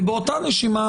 ובאותה נשימה,